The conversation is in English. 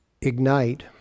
ignite